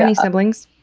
ah and siblings?